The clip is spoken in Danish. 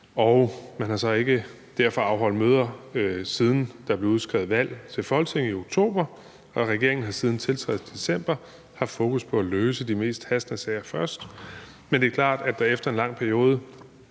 og man har derfor ikke afholdt møder, siden der blev udskrevet valg til Folketinget i oktober. Regeringen har siden tiltrædelsen i december haft fokus på at løse de mest hastende sager først, men det er klart, at der efter en lang periode